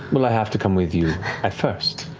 well, i have to come with you at first,